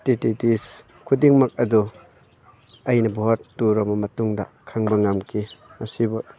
strategies ꯈꯨꯗꯤꯡꯃꯛ ꯑꯗꯨ ꯑꯩꯅ ꯚꯣꯠ ꯇꯨꯔꯕ ꯃꯇꯨꯡꯗ ꯈꯪꯕ ꯉꯝꯈꯤ ꯃꯁꯤꯕꯨ